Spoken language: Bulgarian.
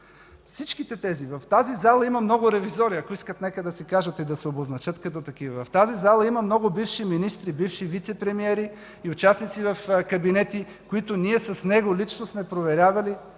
срещу зърно. В тази зала има много ревизори, ако искат нека да си кажат и да се обозначат като такива. В тази зала има много бивши министри, бивши вицепремиери и участници в кабинети, които ние с него лично сме проверявали,